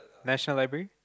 National Library